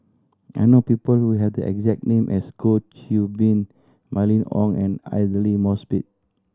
I know people who have the exact name as Goh Qiu Bin Mylene Ong and Aidli Mosbit